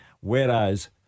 whereas